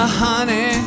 honey